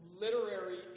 Literary